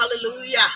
hallelujah